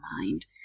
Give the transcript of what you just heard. mind